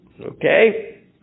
Okay